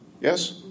Yes